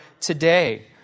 today